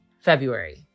February